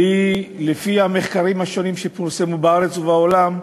ולפי המחקרים השונים שפורסמו בארץ ובעולם,